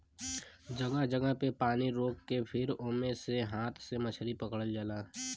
जगह जगह पे पानी रोक के फिर ओमे से हाथ से मछरी पकड़ल जाला